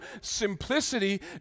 simplicity